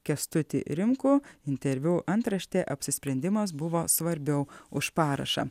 kęstutį rimkų interviu antraštė apsisprendimas buvo svarbiau už parašą